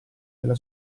della